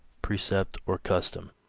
precept or custom,